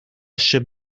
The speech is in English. should